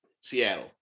Seattle